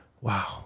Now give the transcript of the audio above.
Wow